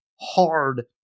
hard